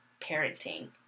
parenting